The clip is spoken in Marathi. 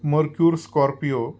Merkur Scorpio